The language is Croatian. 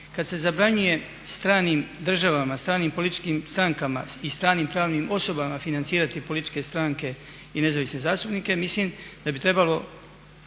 Kad se zabranjuje stranim državama, stranim političkim strankama i stranim pravnim osobama financirati političke stranke i nezavisne zastupnike, mislim da bi trebalo